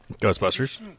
Ghostbusters